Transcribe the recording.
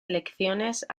elecciones